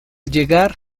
llegar